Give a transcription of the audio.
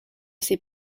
ces